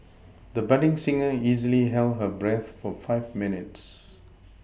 the budding singer easily held her breath for five minutes